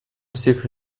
всех